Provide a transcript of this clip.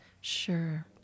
sure